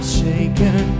shaken